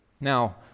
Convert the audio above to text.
now